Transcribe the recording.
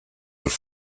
have